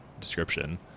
description